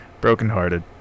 brokenhearted